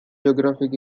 geographic